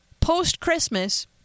post-Christmas